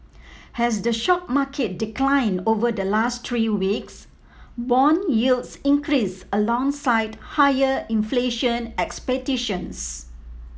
as the stock market declined over the last three weeks bond yields increased alongside higher inflation expectations